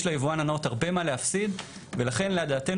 יש ליבואן הנאות הרבה מה להפסיד ולכן לדעתנו